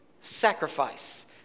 sacrifice